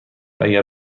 اگر